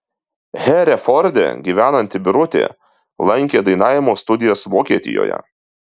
hereforde gyvenanti birutė lankė dainavimo studijas vokietijoje